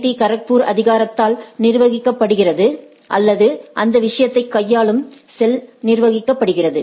D Kharagpur அதிகாரத்தால் நிர்வகிக்கப்படுகிறது அல்லது அந்த விஷயத்தை கையாளும் செல்லால் நிர்வகிக்கப்படுகிறது